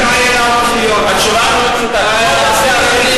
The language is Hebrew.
התשובה מאוד פשוטה,